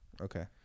Okay